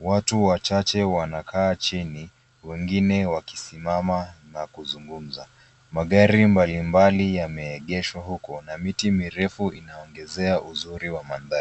Watu wachache wanakaa chini ,wengine wakisimama na kuzugumza. Magari mbalimbali yameegeshwa huko na miti mirefu inaongezea uzuri wa mandhari.